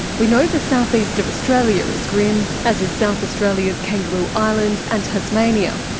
we know the south-east of australia is grim, as is south australia's kangaroo island and tasmania,